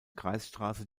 kreisstraße